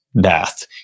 death